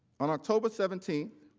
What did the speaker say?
on october seventeenth,